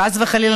חס וחלילה,